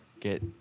Get